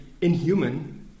inhuman